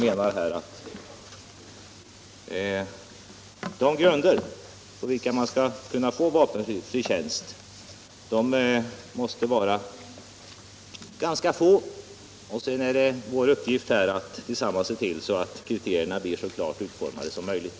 Förutsättningarna för att få vapenfri tjänst måste vara ganska få, och sedan är det vår uppgift att tillsammans se till att kriterierna blir så klart utformade som möjligt.